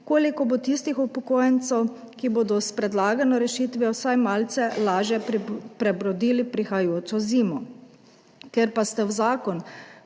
koliko bo tistih upokojencev, ki bodo s predlagano rešitvijo vsaj malce lažje prebrodili prihajajočo zimo. Ker pa ste v zakon